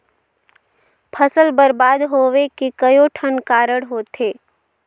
फसल बरबाद होवे के कयोठन कारण होथे